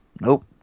Nope